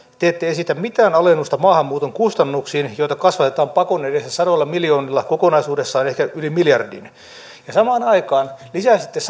te ette esitä mitään alennusta maahanmuuton kustannuksiin joita kasvatetaan pakon edessä sadoilla miljoonilla kokonaisuudessaan ehkä yli miljardin samaan aikaan lisäisitte